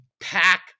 pack